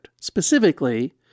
Specifically